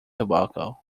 tobacco